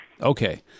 Okay